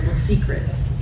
secrets